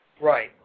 Right